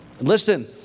Listen